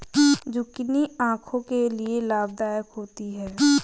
zucchini आंखों के लिए लाभदायक होती है